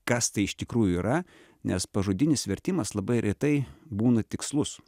kas tai iš tikrųjų yra nes pažodinis vertimas labai retai būna tikslus